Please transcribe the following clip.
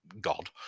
god